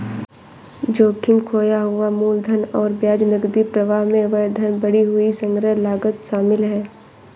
जोखिम, खोया हुआ मूलधन और ब्याज, नकदी प्रवाह में व्यवधान, बढ़ी हुई संग्रह लागत शामिल है